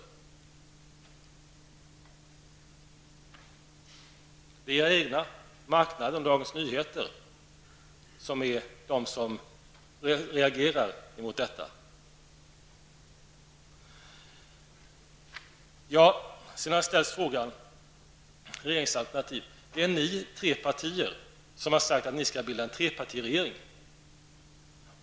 Det är era egna, marknaden och Dagens Nyheter, som reagerar mot detta. Sedan har det frågats om regeringsalternativet. Det är företrädare för de tre borgerliga partierna som sagt att ni skall bilda en trepartiregering.